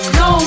no